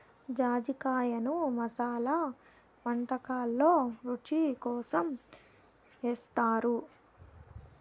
జాజికాయను మసాలా వంటకాలల్లో రుచి కోసం ఏస్తారు